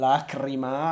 Lacrima